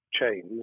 chains